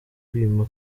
kwima